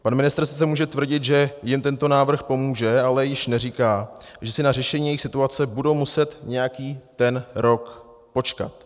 Pan ministr sice může tvrdit, že jim tento návrh pomůže, ale již neříká, že si na řešení jejich situace budou muset nějaký ten rok počkat.